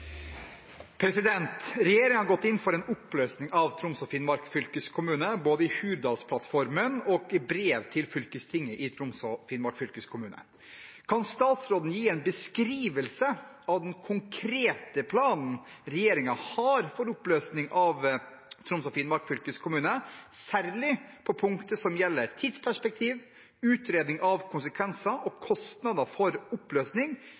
i brev til fylkestinget i Troms og Finnmark fylkeskommune. Kan statsråden gi en beskrivelse av den konkrete planen regjeringen har for oppløsningen av Troms og Finnmark fylkeskommune, særlig på punkter som gjelder tidsperspektiv, utredning av konsekvenser og kostnadene for oppløsning,